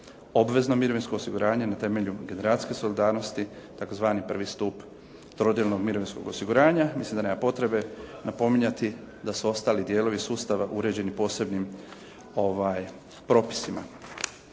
obvezno mirovinsko osiguranje na temelju generacijske solidarnosti tzv. prvi stup trodijelnog mirovinskog osiguranja. Mislim da nema potrebe napominjati da su ostali dijelovi sustava uređeni posebnim propisima.